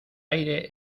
aire